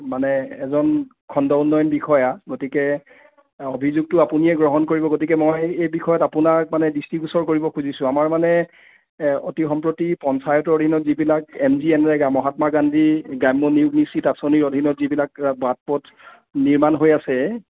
মানে এজন খণ্ড উন্নয়ন বিষয়া গতিকে অভিযোগটো আপুনিয়ে গ্ৰহণ কৰিব গতিকে মই এই বিষয়ত আপোনাক মানে দৃষ্টি গোচৰ কৰিব খুজিছোঁ আমাৰ মানে অতি সম্প্ৰতি পঞ্চায়তৰ দিনত যিবিলাক এমজি এনৰেগা মহাত্মাগান্ধী গ্ৰাম্য নিয়োগ নিশ্চিত আঁচনিৰ অধিনত যিবিলাক বাট পথ নিৰ্মাণ হৈ আছে